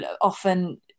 often